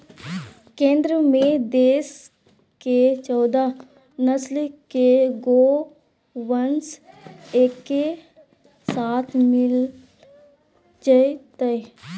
केंद्र में देश के चौदह नस्ल के गोवंश एके साथ मिल जयतय